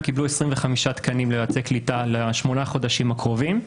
הם קיבלו 25 תקנים ליועצי קליטה לשמונה חודשים הקרובים.